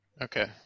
Okay